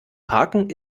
parken